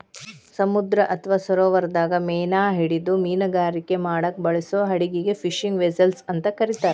ಸಮುದ್ರ ಅತ್ವಾ ಸರೋವರದಾಗ ಮೇನಾ ಹಿಡಿದು ಮೇನುಗಾರಿಕೆ ಮಾಡಾಕ ಬಳಸೋ ಹಡಗಿಗೆ ಫಿಶಿಂಗ್ ವೆಸೆಲ್ಸ್ ಅಂತ ಕರೇತಾರ